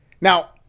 Now